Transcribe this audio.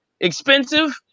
expensive